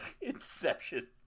Inception